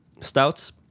stouts